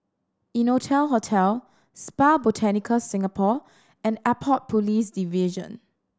Innotel Hotel Spa Botanica Singapore and Airport Police Division